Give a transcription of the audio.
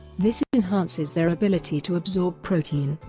this enhances their ability to absorb protein.